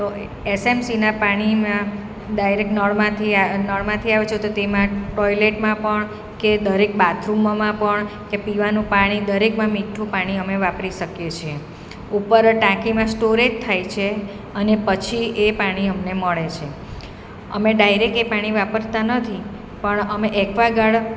તો એસેમસીનાં પાણીમાં ડાયરેક નળમાંથી નળમાંથી આવે છે તો તેમાં ટોયલેટમાં પણ કે દરેક બાથરૂમમાં પણ કે પીવાનું પાણી દરેકમાં મીઠું પાણી અમે વાપરી શકીએ છીએ ઉપર ટાંકીમાં સ્ટોરેજ થાય છે અને પછી એ પાણી અમને મળે છે અમે ડાયરેક એ પાણી વાપરતાં નથી પણ અમે એક્વા ગાડ